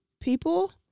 people